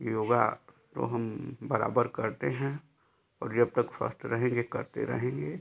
योगा तो हम बराबर करते हैं और जब तक स्वस्थ रहेंगे करते रहेंगे